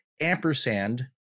ampersand